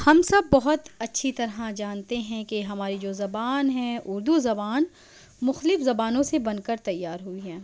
ہم سب بہت اچھی طرح جانتے ہیں کہ ہماری جو زبان ہے اُردو زبان مختلف زبانوں سے بن کر تیار ہوئی ہے